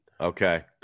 Okay